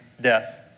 death